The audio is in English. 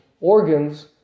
organs